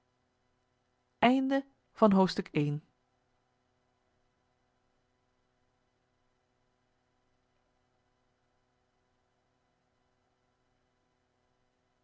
augustusavond van het